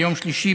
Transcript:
ביום שלישי,